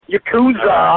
Yakuza